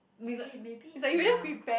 maybe maybe you are